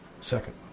Second